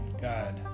God